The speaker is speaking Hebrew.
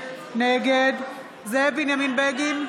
נגד זאב בנימין בגין,